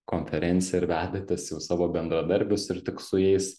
konferenciją ir vedatės jau savo bendradarbius ir tik su jais